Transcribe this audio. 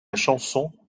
chanson